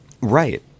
Right